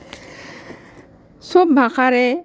সব ভাষাৰে